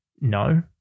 No